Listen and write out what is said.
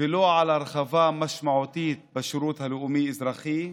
ולא על הרחבה משמעותית בשירות הלאומי-אזרחי,